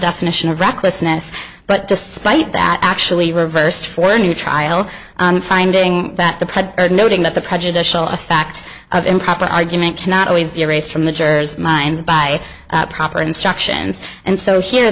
definition of recklessness but despite that actually reversed for a new trial finding that the noting that the prejudicial effect of improper argument cannot always be erased from the jurors minds by proper instruction and and so here